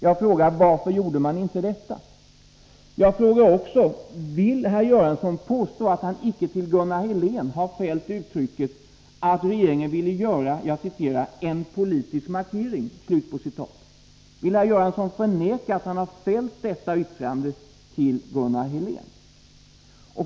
Jag frågar: Varför gjorde man inte detta? Jag frågar också: Vill herr Göransson påstå att han icke till Gunnar Helén har fällt yttrandet att regeringen ville göra ”en politisk markering”? Vill herr Göransson förneka att han fällt detta yttrande till Gunnar Helén?